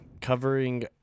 Covering